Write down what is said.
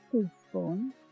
teaspoon